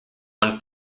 one